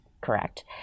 correct